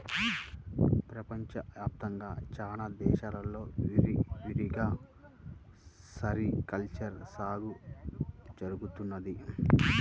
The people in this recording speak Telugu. ప్రపంచ వ్యాప్తంగా చాలా దేశాల్లో విరివిగా సెరికల్చర్ సాగు జరుగుతున్నది